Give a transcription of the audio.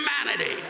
humanity